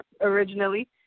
originally